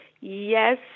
Yes